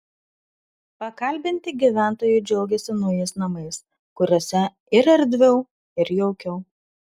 pakalbinti gyventojai džiaugėsi naujais namais kuriuose ir erdviau ir jaukiau